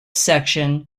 section